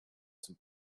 some